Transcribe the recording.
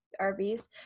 RVs